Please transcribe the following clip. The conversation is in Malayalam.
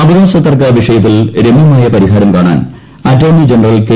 അവകാശ തർക്ക വിഷയത്തിൽ രമ്യമായ പരിഹാരം കാണൂാർ അ്റ്റോർണി ജനറൽ കെ